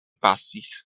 pasis